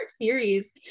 series